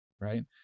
Right